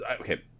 Okay